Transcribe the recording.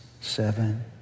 seven